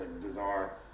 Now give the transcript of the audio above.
bizarre